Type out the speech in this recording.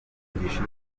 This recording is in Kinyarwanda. kugisha